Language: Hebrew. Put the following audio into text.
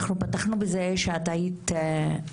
אנחנו פתחנו בזה שאת עברת